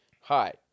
hi